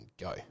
go